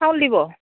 চাউল দিব